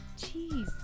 Jeez